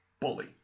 Bully